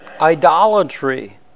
Idolatry